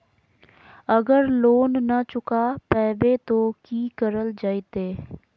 अगर लोन न चुका पैबे तो की करल जयते?